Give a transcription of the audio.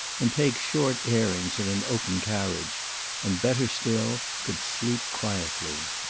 and take short airings in an open carriage and better still, could sleep quietly.